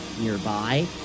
nearby